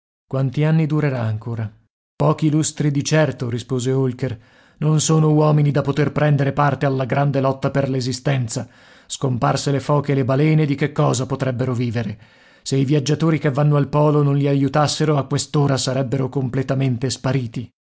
quanti anni durerà ancora pochi lustri di certo rispose holker non sono uomini da poter prendere parte alla grande lotta per l'esistenza scomparse le foche e le balene di che cosa potrebbero vivere se i viaggiatori che vanno al polo non li aiutassero a quest'ora sarebbero completamente spariti